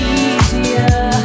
easier